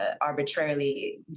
arbitrarily